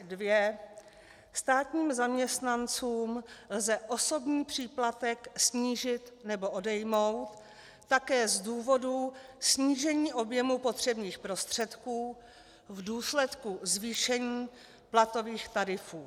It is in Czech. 2: Státním zaměstnancům lze osobní příplatek snížit nebo odejmout také z důvodu snížení objemu potřebných prostředků v důsledku zvýšení platových tarifů.